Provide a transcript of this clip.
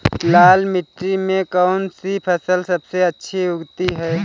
लाल मिट्टी में कौन सी फसल सबसे अच्छी उगती है?